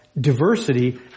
diversity